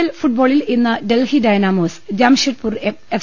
L ഫുട്ബോളിൽ ഇന്ന് Delhi Dynamos Jamshedpur F